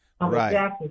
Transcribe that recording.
Right